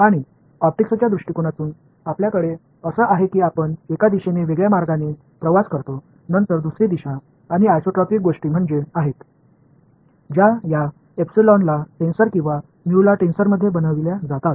आणि ऑप्टिक्सच्या दृष्टीकोनातून आपल्याकडे अस आहे की आपण एका दिशेने वेगळ्या मार्गाने प्रवास करतो नंतर दुसरी दिशा आणि आयसोट्रॉपिक गोष्टी आहेत ज्या या एप्सिलॉनला टेन्सर किंवा म्यूला टेन्सरमध्ये बनविल्या जातात